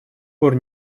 пор